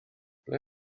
ble